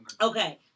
Okay